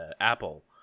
Apple